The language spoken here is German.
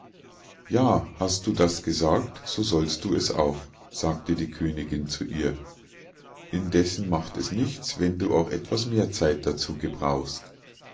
ja hast du das gesagt so sollst du es auch sagte die königinn zu ihr indessen macht es nichts wenn du auch etwas mehr zeit dazu gebrauchst